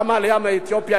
גם העלייה מאתיופיה,